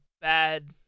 bad